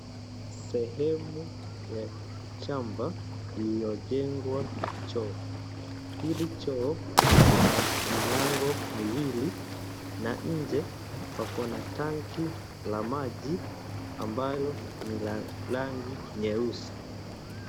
Sehemu ya shamba iliyojengwa choo. Hili choo liko na milango miwili na nje pako na tanki la maji ambalo ni la rangi nyeusi.